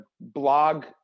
blog